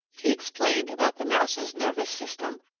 he explained about the mouse's nervous system,